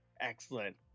excellent